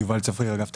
אני מאגף תקציבים.